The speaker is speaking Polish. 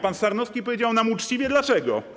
Pan Sarnowski powiedział nam uczciwie, dlaczego.